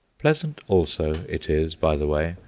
pleasant also it is, by the way,